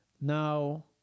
now